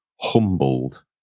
humbled